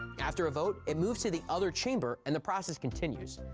after a vote, it moves to the other chamber, and the process continues.